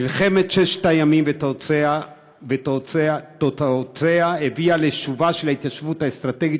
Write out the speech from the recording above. מלחמת ששת הימים ותוצאותיה הביאו לשובה של ההתיישבות האסטרטגית,